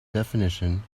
definition